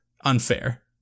unfair